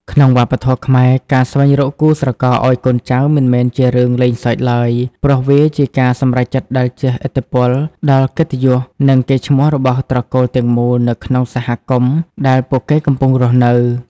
ក្នុងវប្បធម៌ខ្មែរ ការស្វែងរកគូស្រករឱ្យកូនចៅមិនមែនជារឿងលេងសើចឡើយ ព្រោះវាជាការសម្រេចចិត្តដែលជះឥទ្ធិពលដល់កិត្តិយស និងកេរ្តិ៍ឈ្មោះរបស់ត្រកូលទាំងមូលនៅក្នុងសហគមន៍ដែលពួកគេកំពុងរស់នៅ។